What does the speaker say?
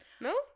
No